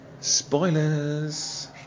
Spoilers